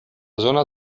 zona